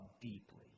deeply